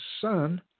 son